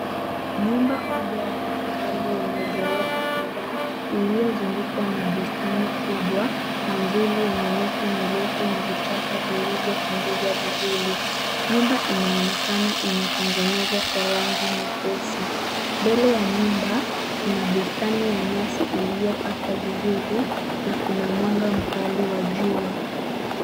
Nyumba kubwa ya kifahari yenye ghorofa kadhaa iliyozungukwa na bustani kubwa na nzuri yenye miti mirefu na vichaka vilivyopunguzwa vizuri. Nyumba inaonekana imetengenezwa kwa rangi nyepesi. Mbele ya nyumba kuna bustani ya nyasi iliyokatwa vizuri na kuna mwanga mkali wa jua.